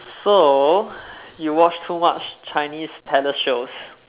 so you watch too much chinese palace shows